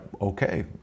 okay